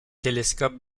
télescope